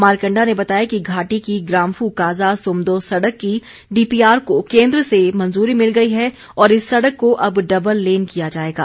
मारकण्डा ने बताया कि घाटी की ग्रांफू काजा सुमदो सड़क की डीपी आर को केन्द्र से मंजूरी मिल गई है और इस सड़क को अब डबल लेन किया जाएगा